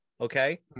Okay